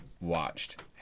watched